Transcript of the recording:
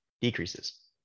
decreases